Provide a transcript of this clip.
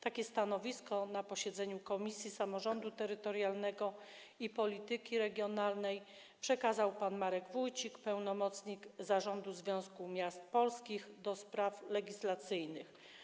Takie stanowisko na posiedzeniu Komisji Samorządu Terytorialnego i Polityki Regionalnej przekazał pan Marek Wójcik, pełnomocnik Zarządu Związku Miast Polskich do spraw legislacyjnych.